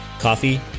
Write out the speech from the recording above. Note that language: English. coffee